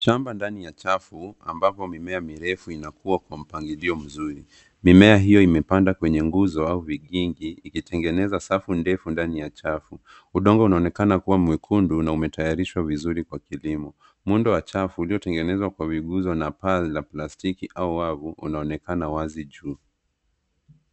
Shamba ndani ya trafu ambapo mimea mirefu inakua kwa mpangilio mzuri. Mimea hiyo imepandwa kwenye nguzo au vigingi ikitengeneza safu ndefu ndani ya trafu. Udongo unaonekana kuwa mwekundu na umetayarishwa vizuri kwa kilimo. Muundo wa trafu uliotengenezwa kwa miguzo wa paa la plastiki au wavu unaonekana wazi juu.